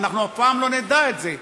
ואנחנו אף פעם לא נדע את זה,